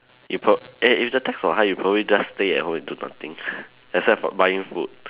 you prob~ eh if the tax were high you probably just stay at home and do nothing except buying food